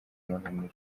umunaniro